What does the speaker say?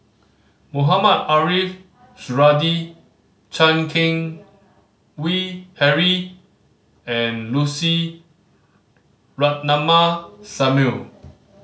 Mohamed Ariff Suradi Chan Keng Howe Harry and Lucy Ratnammah Samuel